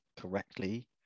correctly